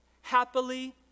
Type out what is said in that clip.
happily